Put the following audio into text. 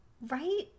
Right